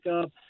up